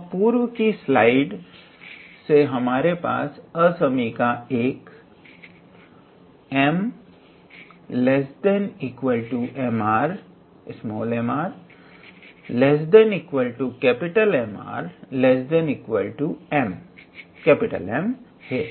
तो पूर्व की स्लाइड से हमारे पास असामयिका 1 𝑚≤𝑚𝑟≤𝑀𝑟≤𝑀 है